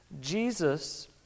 Jesus